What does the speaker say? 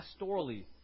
pastorally